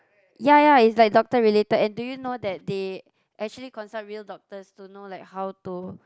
ya ya it's like doctor related and do you know that they actually consult real doctors to know like how to